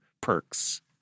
perks